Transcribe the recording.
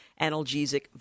analgesic